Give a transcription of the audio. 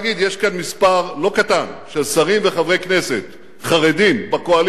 יש כאן מספר לא קטן של שרים וחברי כנסת חרדים בקואליציה,